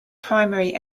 primary